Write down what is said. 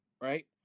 right